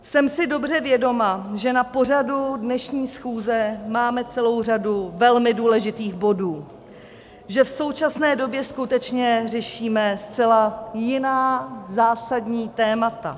Jsem si dobře vědoma, že na pořadu dnešní schůze máme celou řadu velmi důležitých bodů, že v současné době skutečně řešíme zcela jiná zásadní témata.